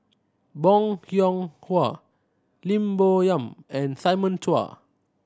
Bong Hiong Hwa Lim Bo Yam and Simon Chua